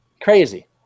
crazy